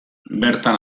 bertan